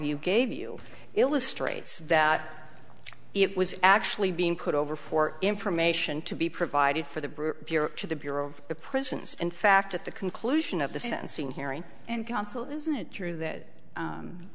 you gave you illustrates that it was actually being put over for information to be provided for the group to the bureau of prisons in fact at the conclusion of the sentencing hearing and counsel isn't it true that